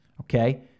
Okay